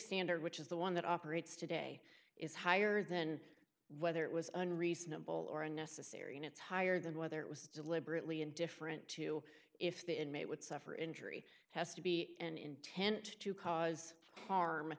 standard which is the one that operates today is higher then whether it was unreasonable or unnecessary and it's higher than whether it was deliberately indifferent to if the inmate would suffer injury has to be an intent to cause harm